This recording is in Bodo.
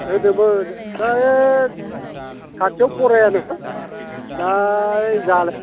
होदोंमोन ओइ खाथियाव फरायानो दा जारला